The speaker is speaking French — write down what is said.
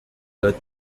dot